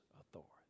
authority